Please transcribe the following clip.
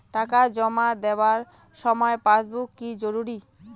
টাকা জমা দেবার সময় পাসবুক কি জরুরি?